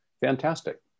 fantastic